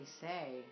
say